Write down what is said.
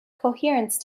coherence